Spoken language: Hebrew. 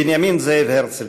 בנימין זאב הרצל.